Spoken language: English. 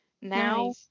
now